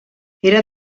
era